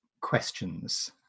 questions